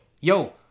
Yo